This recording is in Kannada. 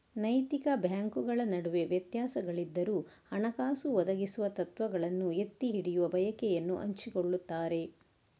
ನೈತಿಕ ಬ್ಯಾಂಕುಗಳ ನಡುವೆ ವ್ಯತ್ಯಾಸಗಳಿದ್ದರೂ, ಹಣಕಾಸು ಒದಗಿಸುವ ತತ್ವಗಳನ್ನು ಎತ್ತಿ ಹಿಡಿಯುವ ಬಯಕೆಯನ್ನು ಹಂಚಿಕೊಳ್ಳುತ್ತಾರೆ